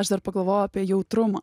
aš dar pagalvojau apie jautrumą